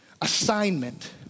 Assignment